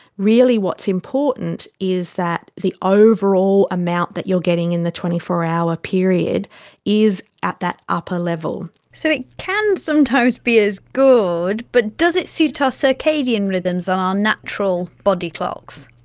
really what's important is that the overall amount that you're getting in the twenty four hour period is at that upper level. so it can sometimes be as good, but does it suit our circadian rhythms, our natural body clocks?